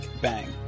Bang